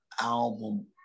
album